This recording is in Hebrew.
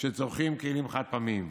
שצורכים כלים חד-פעמיים.